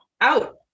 out